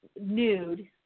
nude